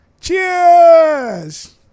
Cheers